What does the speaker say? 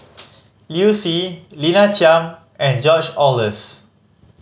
Liu Si Lina Chiam and George Oehlers